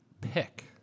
pick